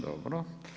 Dobro.